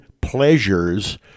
pleasures